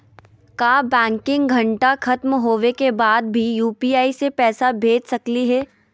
का बैंकिंग घंटा खत्म होवे के बाद भी यू.पी.आई से पैसा भेज सकली हे?